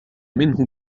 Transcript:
منه